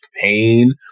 pain